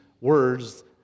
words